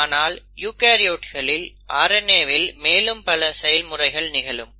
ஆனால் யூகரியோட்ஸ்களில் RNA வில் மேலும் பல செயல்முறைகள் நிகழும்